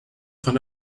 von